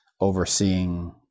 overseeing